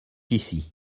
ici